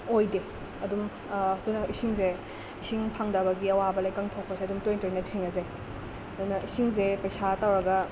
ꯑꯣꯏꯗꯦ ꯑꯗꯨꯝ ꯑꯗꯨꯅ ꯏꯁꯤꯡꯁꯦ ꯏꯁꯤꯡ ꯐꯪꯗꯕꯒꯤ ꯑꯋꯥꯕ ꯂꯩꯀꯪ ꯊꯣꯛꯄꯁꯦ ꯑꯗꯨꯝ ꯇꯣꯏ ꯇꯣꯏꯅ ꯊꯦꯡꯅꯖꯩ ꯑꯗꯨꯅ ꯏꯁꯤꯡꯁꯦ ꯄꯩꯁꯥ ꯇꯧꯔꯒ